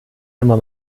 immer